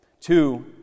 Two